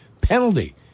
penalty